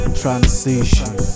transition